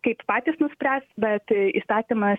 kaip patys nuspręs bet įstatymas